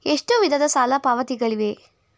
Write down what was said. ಎಷ್ಟು ವಿಧದ ಸಾಲ ಪಾವತಿಗಳಿವೆ?